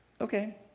okay